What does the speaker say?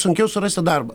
sunkiau surasti darbą